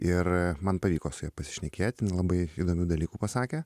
ir man pavyko su ja pasišnekėt jinai labai įdomių dalykų pasakė